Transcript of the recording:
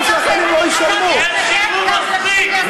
כי הם שילמו מספיק.